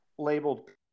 Labeled